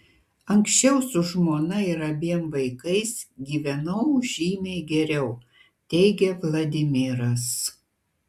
anksčiau su žmona ir abiem vaikais gyvenau žymiai geriau teigia vladimiras